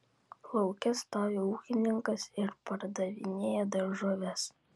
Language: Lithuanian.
lauke stovi ūkininkas ir pardavinėja daržoves